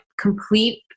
complete